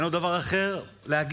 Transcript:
אין לו דבר אחר להגיד.